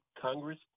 Congress